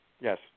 Yes